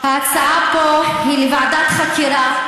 ההצעה פה היא לוועדת חקירה,